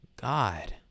God